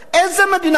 מדינה, מה?